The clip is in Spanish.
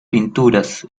pinturas